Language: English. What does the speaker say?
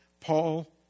Paul